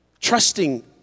Trusting